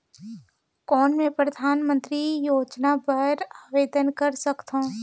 कौन मैं परधानमंतरी योजना बर आवेदन कर सकथव?